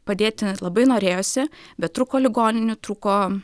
padėti labai norėjosi bet trūko ligoninių trūko